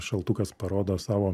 šaltukas parodo savo